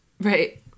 Right